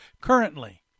currently